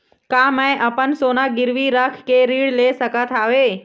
का मैं अपन सोना गिरवी रख के ऋण ले सकत हावे?